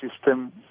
system